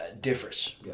differs